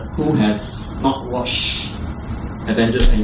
who has not watched avengers